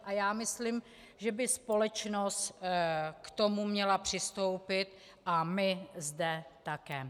A já myslím, že by společnost k tomu měla přistoupit a my zde také.